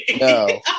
No